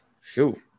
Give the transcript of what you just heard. shoot